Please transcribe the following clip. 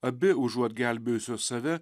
abi užuot gelbėjusios save